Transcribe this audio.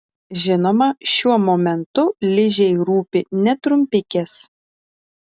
žinoma šiuo momentu ližei rūpi ne trumpikės